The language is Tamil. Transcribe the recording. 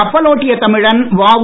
கப்பலோட்டிய தமிழன் வஉ